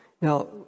Now